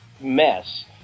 mess